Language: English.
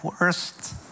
worst